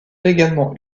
également